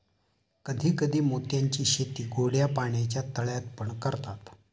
कधी कधी मोत्यांची शेती गोड्या पाण्याच्या तळ्यात पण करतात